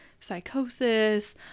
psychosis